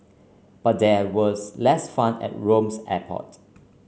but there was less fun at Rome's airport